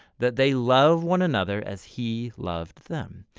that they love one another as he loved them.